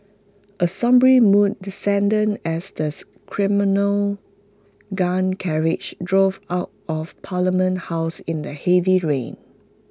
A sombre mood descended as the ceremonial gun carriage drove out of parliament house in the heavy rain